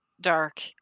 dark